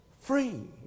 free